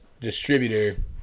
distributor